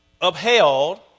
upheld